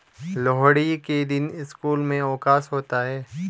लोहड़ी के दिन स्कूल में अवकाश होता है